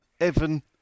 Evan